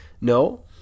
No